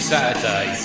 Saturday